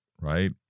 right